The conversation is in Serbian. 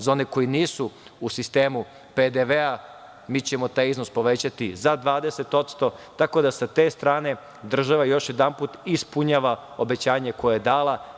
Za one koji nisu u sistemu PDV-a mi ćemo taj iznos povećati za 20%, tako da sa te strane država još jedanput ispunjava obećanje koje je dala.